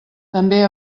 també